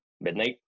midnight